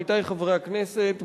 עמיתי חברי הכנסת,